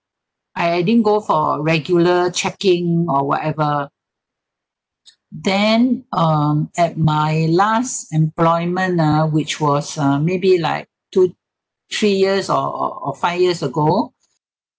I didn't go for regular checking or whatever then um at my last employment ah which was uh maybe like two three years or or or five years ago